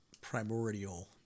primordial